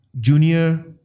junior